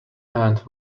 and